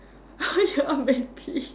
ya maybe